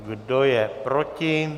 Kdo je proti?